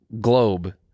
globe